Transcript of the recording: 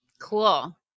Cool